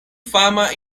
fama